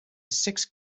six